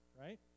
right